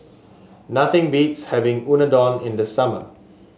nothing beats having Unadon in the summer